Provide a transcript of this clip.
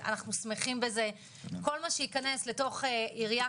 נוסיף רק שקודם כול כבר היום,